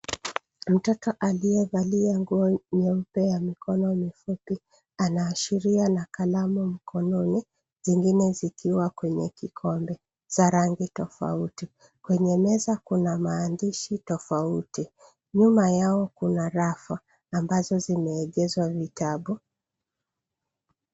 Mtoto aliyevalia nguo nyeupe ya mikono mifupi anaashiria na kalamu mikononi zingine zikiwa kwenye kikombe za rangi tofauti. Kwenye meza kuna maandishi tofauti. Nyuma yao kuna rafu ambazo zimeegezwa vitabu.